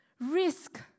risk